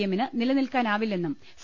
എമ്മിന് നില നിൽക്കാനാവില്ലെന്നും സി